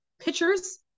pictures